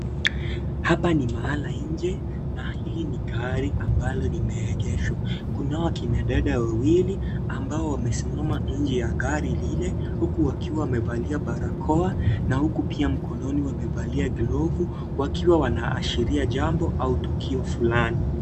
Hapa ni mahala nje na hili ni gari ambalo limeegeshwa. Kuna hawa kina dada wawili ambao wamesimama nje ya gari lile huku wakiwa wamevalia barakoa na huku pia mikononi wamevalia glovu wakiwa wanaashiria jambo au tukio fulani.